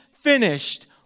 finished